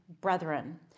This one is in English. brethren